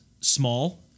small